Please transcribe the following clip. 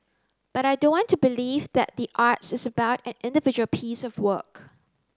but I don't want to believe that the arts is about an individual piece of work